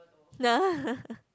nah